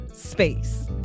Space